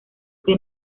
que